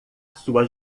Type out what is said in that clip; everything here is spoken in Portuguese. sua